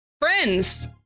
friends